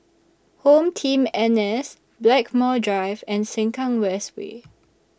Home Team N S Blackmore Drive and Sengkang West Way